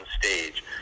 stage